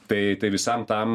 tai tai visam tam